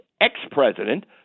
ex-president